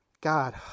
God